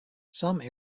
some